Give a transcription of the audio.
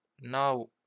now